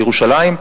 בירושלים,